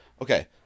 okay